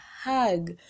hug